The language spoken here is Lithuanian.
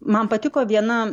man patiko viena